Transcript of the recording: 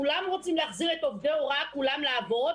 כולם רוצים להחזיר את עובדי ההוראה כולם לעבוד,